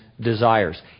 desires